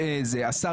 שאומר, השר